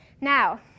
Now